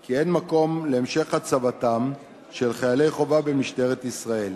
כי אין מקום להמשך הצבתם של חיילי חובה במשטרת ישראל,